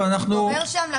הוא מתגורר שם.